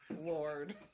Lord